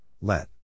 let